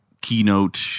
keynote